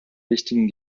wichtigen